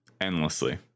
endlessly